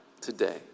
today